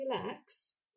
relax